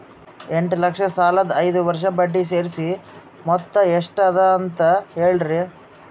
ಎಂಟ ಲಕ್ಷ ಸಾಲದ ಐದು ವರ್ಷದ ಬಡ್ಡಿ ಸೇರಿಸಿ ಮೊತ್ತ ಎಷ್ಟ ಅದ ಅಂತ ಹೇಳರಿ?